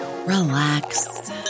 Relax